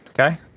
Okay